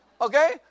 Okay